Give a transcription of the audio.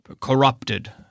corrupted